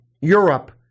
Europe